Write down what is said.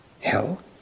hell